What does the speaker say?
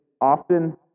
often